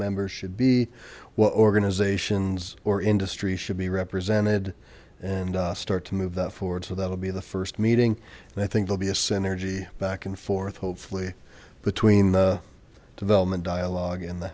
members should be what organizations or industry should be represented and start to move that forward so that'll be the first meeting and i think there'll be a synergy back and forth hopefully between the development dialog in the